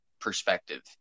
perspective